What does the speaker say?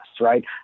right